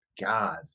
God